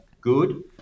good